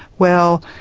well,